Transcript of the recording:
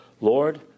Lord